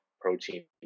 protein